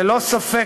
ללא ספק,